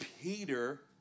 Peter